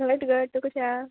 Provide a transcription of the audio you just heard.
घट घट तुका कशें आहा